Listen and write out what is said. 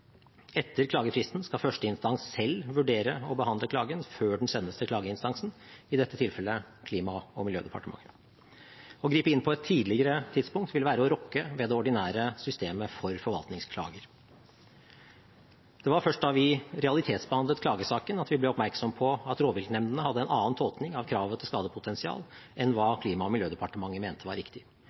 Etter klagefristen skal førsteinstans selv vurdere og behandle klagen, før den sendes til klageinstansen, i dette tilfellet Klima- og miljødepartementet. Å gripe inn på et tidligere tidspunkt ville være å rokke ved det ordinære systemet for forvaltningsklager. Det var først da vi realitetsbehandlet klagesaken, at vi ble oppmerksom på at rovviltnemndene hadde en annen tolkning av kravet til skadepotensial enn hva Klima- og miljødepartementet mente var riktig.